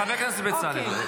חבר הכנסת בצלאל.